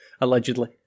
Allegedly